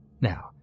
Now